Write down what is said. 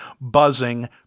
buzzing